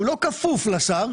שהוא לא כפוף לשר,